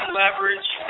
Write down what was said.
leverage